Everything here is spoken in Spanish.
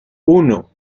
uno